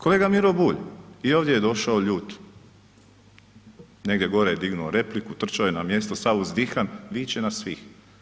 Kolega Miro Bulj, i ovdje je došao ljut, negdje gore je dignuo repliku, trčao je na mjesto sav uzdihan, viče na svih.